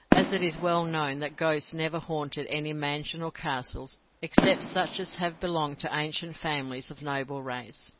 as it is well known that ghosts never haunted any mansions or castles except such as have belonged to ancient families of noble race.